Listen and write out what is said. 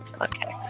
Okay